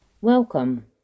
Welcome